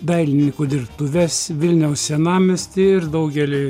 dailininkų dirbtuves vilniaus senamiestį ir daugelį